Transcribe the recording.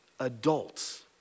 Adults